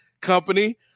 company